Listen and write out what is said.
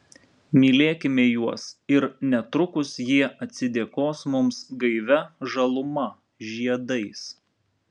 mylėkime juos ir netrukus jie atsidėkos mums gaivia žaluma žiedais